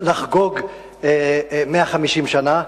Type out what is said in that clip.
לחגוג 150 שנה.